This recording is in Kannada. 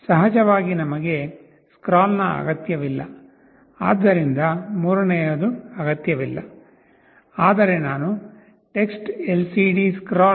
ಸಹಜವಾಗಿ ನಮಗೆ ಸ್ಕ್ರಾಲ್ ನ ಅಗತ್ಯವಿಲ್ಲ ಆದ್ದರಿಂದ ಮೂರನೆಯದು ಅಗತ್ಯವಿಲ್ಲ ಆದರೆ ನಾನು TextLCDScroll